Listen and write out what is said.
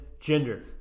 gender